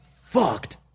fucked